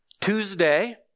Tuesday